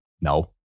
No